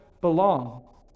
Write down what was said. belong